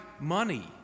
money